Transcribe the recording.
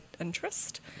interest